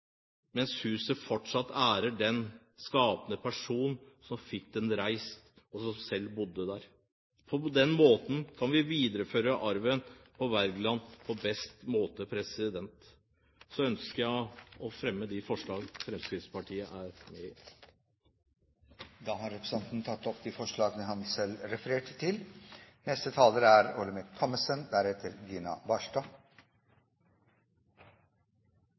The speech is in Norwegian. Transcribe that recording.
mens huset fortsatt ærer den skapende person som fikk det reist, og som selv bodde der. På den måten kan vi videreføre arven fra Wergeland på beste måte. Så ønsker jeg å fremme forslagene fra Fremskrittspartiet. Representanten Ib Thomsen har tatt opp de forslag han refererte til. Jeg synes det er